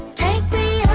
take me